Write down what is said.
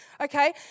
okay